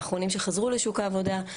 הם האחרונים שחזרו לשוק העבודה,